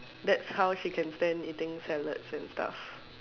thats how she can stand eating salad and stuff